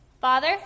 Father